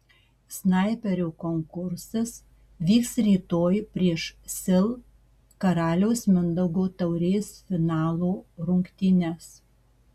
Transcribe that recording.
snaiperio konkursas vyks rytoj prieš sil karaliaus mindaugo taurės finalo rungtynes